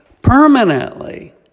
permanently